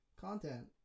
Content